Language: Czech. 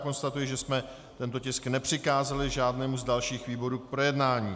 Konstatuji, že jsme tento tisk nepřikázali žádnému z dalších výborů k projednání.